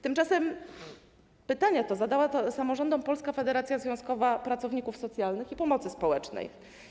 Tymczasem pytania te zadała samorządom Polska Federacja Związkowa Pracowników Socjalnych i Pomocy Społecznej.